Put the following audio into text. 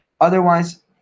otherwise